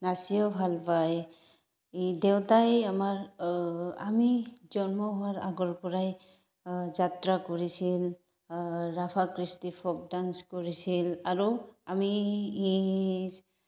নাচিও ভাল পায় এই দেউতাই আমাৰ আমি জন্ম হোৱাৰ আগৰ পৰাই যাত্ৰা কৰিছিল ৰাভা কৃষ্টি ফক ডান্স কৰিছিল আৰু আমি ই